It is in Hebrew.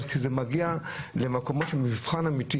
אבל כשזה מגיע למקומות של מבחן אמיתי